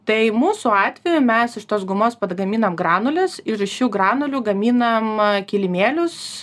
tai mūsų atveju mes iš tos gumos padgaminam granules ir iš šių granulių gaminam kilimėlius